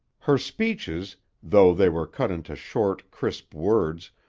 her speeches, though they were cut into short, crisp words,